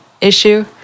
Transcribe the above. issue